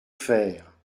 faire